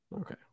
Okay